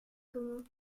comment